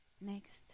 Next